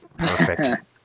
perfect